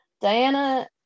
Diana